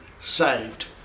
saved